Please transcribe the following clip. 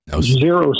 zero